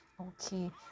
okay